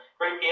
great